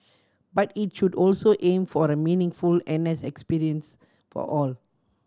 but it should also aim for a meaningful N S experience for all